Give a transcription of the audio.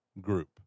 group